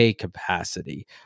capacity